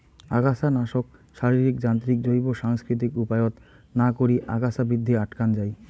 আগাছানাশক, শারীরিক, যান্ত্রিক, জৈব, সাংস্কৃতিক উপায়ত না করি আগাছা বৃদ্ধি আটকান যাই